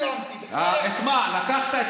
לקחת את